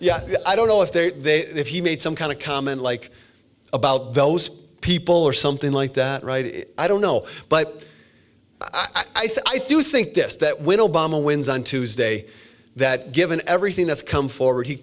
yeah i don't know if they if he made some kind of comment like about those people or something like that right i don't know but i think i do think this that when obama wins on tuesday that given everything that's come forward he